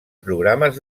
programes